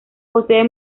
posee